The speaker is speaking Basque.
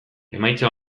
emaitza